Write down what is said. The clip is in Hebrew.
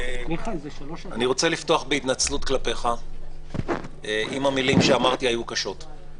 אני רוצה לפתוח בהתנצלות כלפיך אם המילים שאמרתי היו קשות.